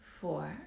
four